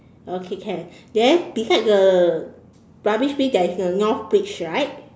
okay can then beside the rubbish bin there is a North bridge right